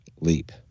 Leap